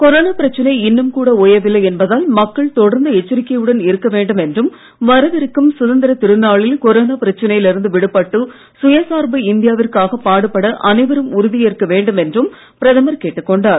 corona பிரச்சனை இன்னும் கூட ஓயவில்லை என்பதால் மக்கள் தொடர்ந்து எச்சரிக்கையுடன் இருக்க வேண்டும் என்றும் வரவிருக்கும் சுதந்திரத் திருநாளில் கொரோனா பிரச்சனையில் இருந்து விடுபட்டு சுயசார்பு இந்தியாவிற்காகப் பாடுபட அனைவரும் உறுதி ஏற்க வேண்டும் என்றும் பிரதமர் கேட்டுக் கொண்டார்